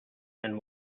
and